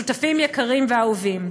שותפים יקרים ואהובים,